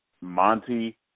monty